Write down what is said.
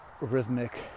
rhythmic